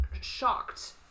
shocked